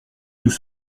nous